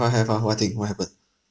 !huh! have ah what thing what happened